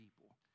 people